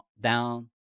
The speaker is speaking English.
down